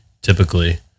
typically